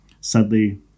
Sadly